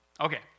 Okay